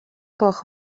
gloch